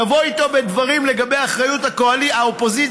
תבוא איתו בדברים לגבי אחריות האופוזיציה,